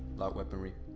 light weaponry.